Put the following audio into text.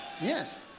Yes